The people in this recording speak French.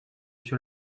sur